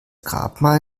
grabmal